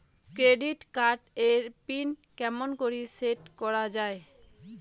Credit card এর pin কেমন করি সেট করা য়ায়?